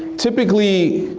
typically,